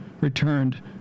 returned